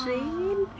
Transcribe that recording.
ya